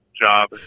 Job